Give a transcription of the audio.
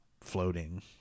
floating